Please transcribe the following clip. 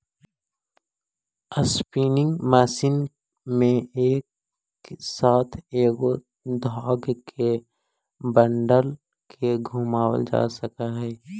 spinning machine में एक साथ कएगो धाग के बंडल के घुमावाल जा सकऽ हई